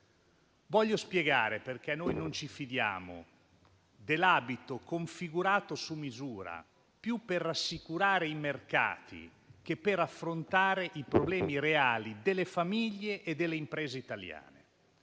Voglio spiegare perché non ci fidiamo dell'abito configurato su misura più per rassicurare i mercati che per affrontare i problemi reali delle famiglie e delle imprese italiane.